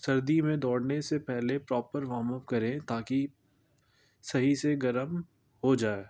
سردی میں دوڑنے سے پہلے پراپر وم اپ کریں تاکہ صحیح سے گرم ہو جائے